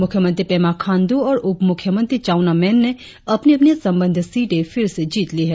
मुख्यमंत्री पेमा खांड्र और उप मुख्यमंत्री चाउना मेन ने अपनी अपनी संबंधित सीटे फिर से जीत ली है